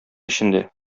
эчендә